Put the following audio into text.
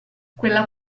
quella